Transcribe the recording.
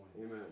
amen